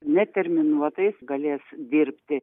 neterminuotais galės dirbti